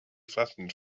flattened